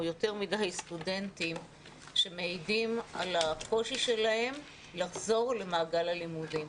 או יותר מדי סטודנטים שמעידים על הקושי שלהם לחזור למעגל הלימודים,